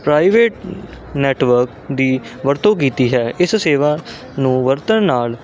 private network ਦੀ ਵਰਤੋਂ ਕੀਤੀ ਹੈ ਇਸ ਸੇਵਾ ਨੂੰ ਵਰਤਣ ਨਾਲ